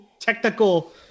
technical